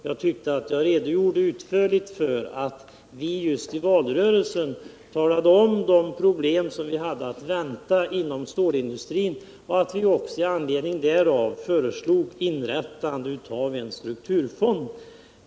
Jag tyckte att jag utförligt redogjorde för att vi just i valrörelsen talade om de problem som var att vänta inom stålindustrin och att vi med anledning därav föreslog inrättandet av en strukturfond.